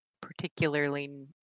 particularly